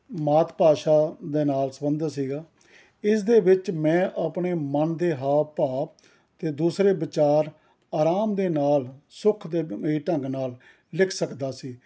ਮਾਤ ਭਾਸ਼ਾ ਦੇ ਨਾਲ ਸੰਬੰਧਿਤ ਸੀਗਾ ਇਸ ਦੇ ਵਿੱਚ ਮੈਂ ਆਪਣੇ ਮਨ ਦੇ ਹਾਵ ਭਾਵ ਅਤੇ ਦੂਸਰੇ ਵਿਚਾਰ ਅਰਾਮ ਦੇ ਨਾਲ ਸੁੱਖ ਦੇ ਮਈ ਢੰਗ ਨਾਲ ਲਿਖ ਸਕਦਾ ਸੀ